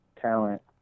talent